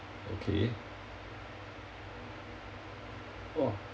okay !wah!